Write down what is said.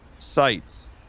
sites